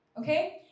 okay